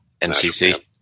NCC